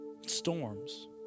storms